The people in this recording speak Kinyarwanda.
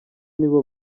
nibo